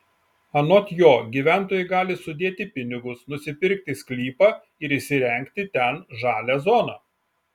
anot jo gyventojai gali sudėti pinigus nusipirkti sklypą ir įsirengti ten žalią zoną